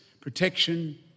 protection